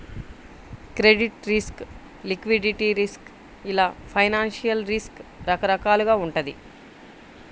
credit risk, liquidity risk ఇలా financial risk రకరకాలుగా వుంటది